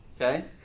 Okay